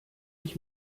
ich